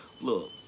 look